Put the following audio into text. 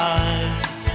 eyes